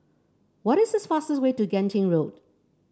what is the fastest way to Genting Road